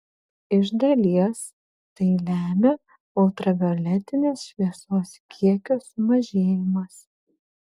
iš dalies tai lemia ultravioletinės šviesos kiekio sumažėjimas